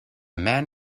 man